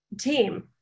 Team